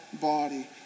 body